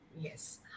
Yes